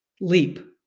leap